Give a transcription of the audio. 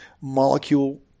molecule